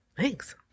Thanks